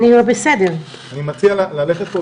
אני מציע ללכת פה